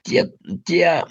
tiek tie